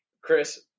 Chris